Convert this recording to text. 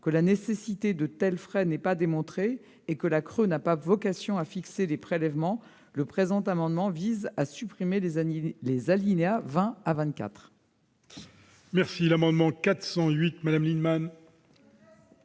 que la nécessité de tels frais n'est pas démontrée et que la CRE n'a pas vocation à fixer des prélèvements, le présent amendement vise à supprimer les alinéas 20 à 24. L'amendement n° 408, présenté